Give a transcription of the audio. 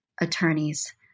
attorneys